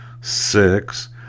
six